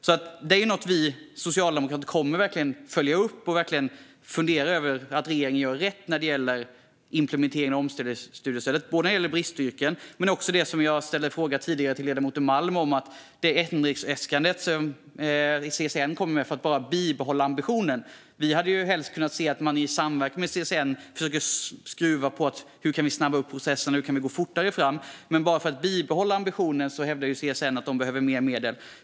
Detta är alltså något som vi socialdemokrater verkligen kommer att följa upp för att se att regeringen gör rätt när det gäller implementeringen av omställningsstudiestödet. Det gäller både i fråga om bristyrken och det som jag ställde en fråga om tidigare till ledamoten Malm, nämligen det ändringsäskande som CSN kom med för att ens kunna bibehålla ambitionen. Vi hade helst sett att man i samverkan med CSN hade kunnat skruva på hur vi kan snabba på processen och gå fortare fram, men CSN hävdar alltså att de behöver mer medel enbart för att bibehålla ambitionen.